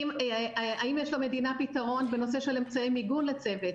האם יש למדינה פתרון בנושא של אמצעי מיגון לצוות,